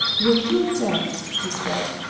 will you object, he said,